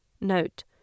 Note